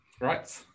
right